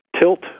tilt